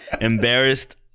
embarrassed